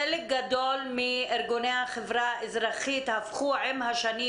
חלק גדול מארגוני החברה האזרחית הפכו עם השנים,